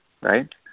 right